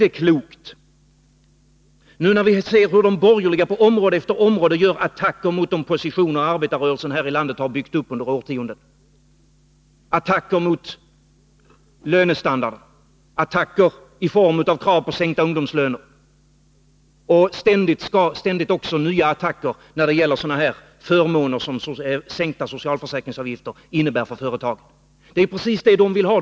Vi ser nu att de borgerliga på område efter område gör attacker mot de positioner arbetarrörelsen här i landet under årtionden har byggt upp. Det har varit attacker mot lönestandarden och attacker i form av krav på sänkta ungdomslöner samt ständigt nya attacker när det gäller sådana förmåner som sänkta socialförsäkringsavgifter innebär för företagen. Detta är ju precis vad de vill ha.